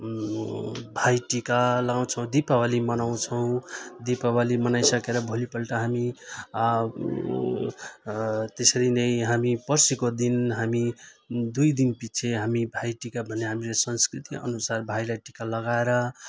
भाइटिका लगाउँछौँ दीपावली मनाउँछौँ दीपावली मनाइसकेर भोलिपल्ट हामी त्यसरी नै हामी पर्सिको दिन हामी दुई दिनपछि हामी भाइटिका भन्ने हामीले संस्कृतिअनुसार भाइलाई टिका लगाएर